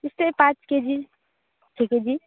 त्यस्तै पाँच केजी छ केजी